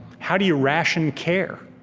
how do you ration care?